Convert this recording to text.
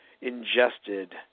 ingested